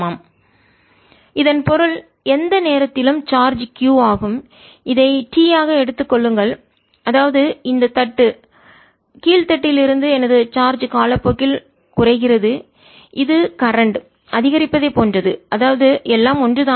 Q0QdQQ 0t dtCR lnQQ0 tRC QQ0e tRC இதன் பொருள் எந்த நேரத்திலும் சார்ஜ் Q ஆகும் இதை t ஆக எடுத்துக் கொள்ளுங்கள் அதாவது இந்த தட்டு கீழ் தட்டில் இருந்து எனது சார்ஜ் காலப்போக்கில் குறைகிறது இது கரண்ட் மின்னோட்டம் அதிகரிப்பதை போன்றது அதாவது எல்லாம் ஒன்றுதான்